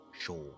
show